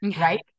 right